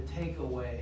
takeaway